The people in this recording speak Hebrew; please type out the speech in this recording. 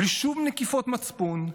בלי שום נקיפות מצפון,